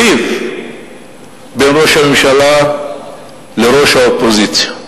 ריב בין ראש הממשלה לראש האופוזיציה,